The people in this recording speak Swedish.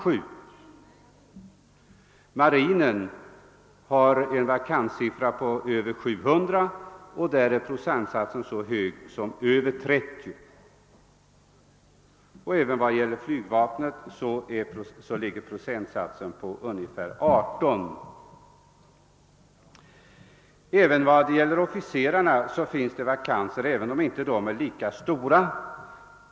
För marinens del är vakanssiffran över 700, vilket motsvarar över 30 procent, alltså en mycket hög procentsiffra. I flygvapnet är procentsiffran 18, alltså även den mycket hög. Vad beträffar officerarna finns det vakanser, även om de inte är lika stora.